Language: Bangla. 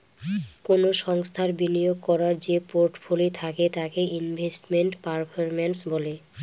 কোনো সংস্থার বিনিয়োগ করার যে পোর্টফোলি থাকে তাকে ইনভেস্টমেন্ট পারফরম্যান্স বলে